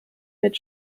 mit